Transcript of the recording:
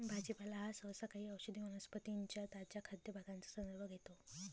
भाजीपाला हा सहसा काही औषधी वनस्पतीं च्या ताज्या खाद्य भागांचा संदर्भ घेतो